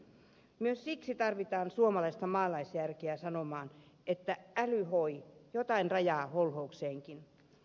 myös siksi tarvitaan suomalaista maalaisjärkeä sanomaan että äly hoi jotain rajaa holhoukseenkin